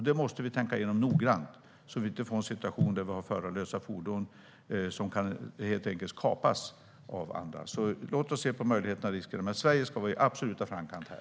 Det måste vi tänka igenom noggrant så att vi inte får en situation där vi har förarlösa fordon som kan kapas av andra. Låt oss alltså se på möjligheterna och riskerna! Sverige ska vara i absolut framkant här.